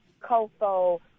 COFO